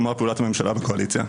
כלומר פעולת הממשלה והקואליציה.